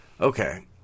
okay